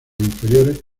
inferiores